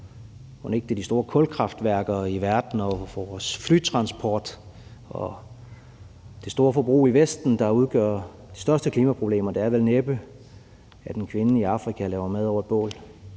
mon ikke, det er de store kulkraftværker i verden og vores flytransport og det store forbrug i Vesten, der udgør de største klimaproblemer. Det er vel næppe, at en kvinde i Afrika og laver mad over et bål.